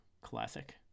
classic